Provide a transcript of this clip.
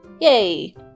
Yay